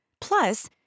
Plus